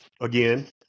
again